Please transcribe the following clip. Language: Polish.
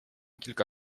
kilka